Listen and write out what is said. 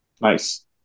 Nice